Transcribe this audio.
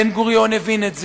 בן-גוריון הבין את זה,